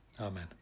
Amen